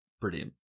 Brilliant